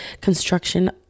construction